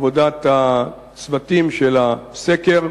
עבודת הצוותים של הסקר